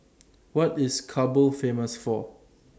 What IS Kabul Famous For